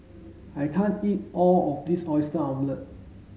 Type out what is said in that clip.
I can't eat all of this oyster omelette